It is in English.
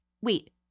wait